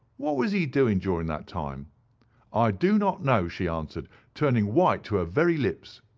what was he doing during that time i do not know she answered, turning white to her very lips.